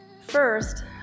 First